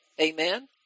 Amen